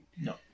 No